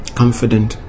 confident